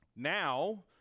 Now